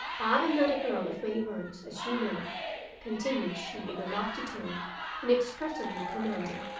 i am not a girl of many words, as you know continued she in a lofty tone inexpressibly commanding.